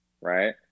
right